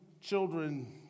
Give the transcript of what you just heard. children